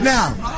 Now